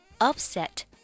upset